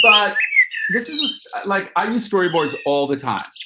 but this is like i use storyboards all the time.